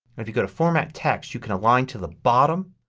if you go to format text you could align to the bottom,